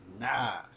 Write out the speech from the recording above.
Nah